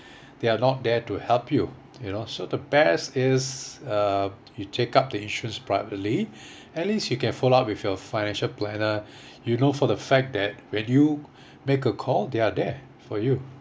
they are not there to help you you know so the best is uh you take up the insurance privately at least you can follow up with your financial planner you know for the fact that when you make a call they are there for you